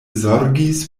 zorgis